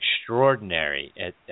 extraordinary